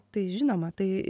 tai žinoma tai